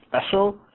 special